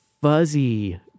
fuzzy